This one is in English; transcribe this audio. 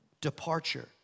departure